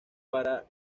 para